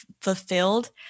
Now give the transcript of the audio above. fulfilled